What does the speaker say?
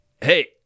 Hey